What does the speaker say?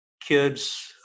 kids